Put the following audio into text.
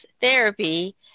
therapy